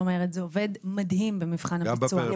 זה עובד מדהים במבחן הביצוע.